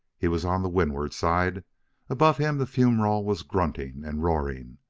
he was on the windward side above him the fumerole was grunting and roaring.